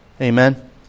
Amen